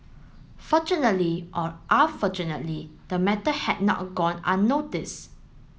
fortunately or unfortunately the matter had not gone unnoticed